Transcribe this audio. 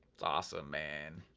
it's awesome, man,